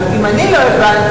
אבל אם אני לא הבנתי,